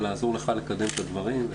ולעזור לך לקדם את הדברים.